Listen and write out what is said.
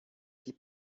sie